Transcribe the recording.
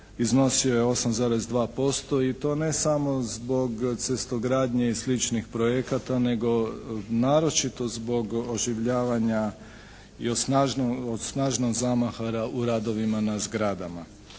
Iznosio je 8,2% i to ne samo zbog cestogradnje i sličnih projekata, nego naročito zbog oživljavanja i od snažnog zamaha u radovima na zgradama.